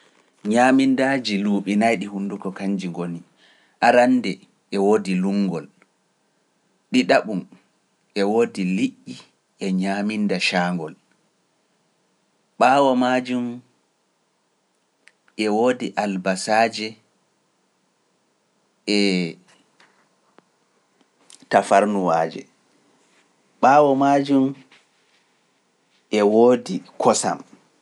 Ñaamindaaji luuɓi nayi ɗi hunduko kanji ngoni, arannde e woodi luŋngol, ɗiɗaɓum e woodi liƴƴi e ñaaminda caangol, ɓaawo majum e woodi albasaaje e tafarnuwaaje, ɓaawo majum e woodi kosam.